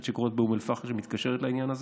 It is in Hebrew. שקורית באום אל-פחם שמתקשרת לעניין הזה.